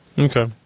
Okay